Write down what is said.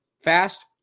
fast